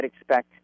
expect